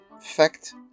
fact